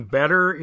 better